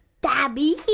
Dabby